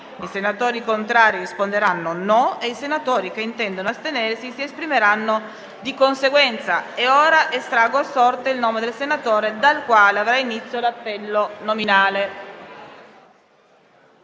i senatori contrari risponderanno no; i senatori che intendono astenersi si esprimeranno di conseguenza. Estraggo ora a sorte il nome del senatore dal quale avrà inizio l’appello nominale.